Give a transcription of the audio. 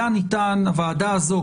הוועדה הזו